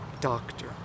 doctor